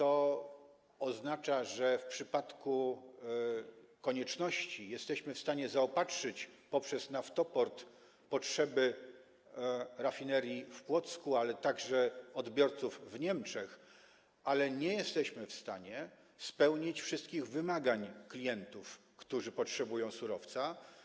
Oznacza to, że w przypadku konieczności jesteśmy w stanie zaspokoić poprzez Naftoport potrzeby rafinerii w Płocku, ale także odbiorców w Niemczech, ale nie jesteśmy w stanie spełnić wszystkich wymagań klientów, którzy potrzebują surowca.